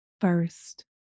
first